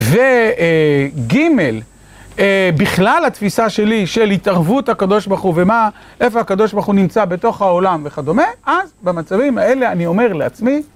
וג' בכלל התפיסה שלי של התערבות הקב' ומה איפה הקב' נמצא בתוך העולם וכדומה אז במצבים האלה אני אומר לעצמי